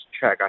check